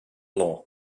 law